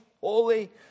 holy